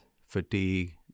fatigue